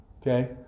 Okay